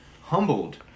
humbled